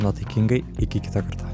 nuotaikingai iki kito karto